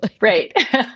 Right